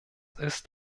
ist